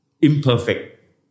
imperfect